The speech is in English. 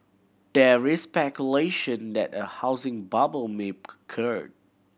there that a housing bubble may occur